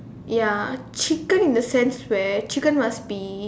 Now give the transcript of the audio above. ya chicken in the sense where chicken must be